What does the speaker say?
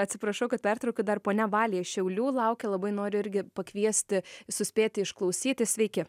atsiprašau kad pertraukiu dar pone balė iš šiaulių laukia labai noriu irgi pakviesti suspėti išklausyti sveiki